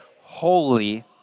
holy